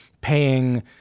paying